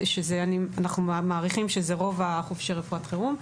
שאנחנו מעריכים שאלה רוב חובשי רפואת חירום,